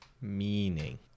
Meaning